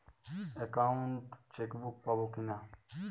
Account chequebook পাবো কি না?